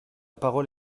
parole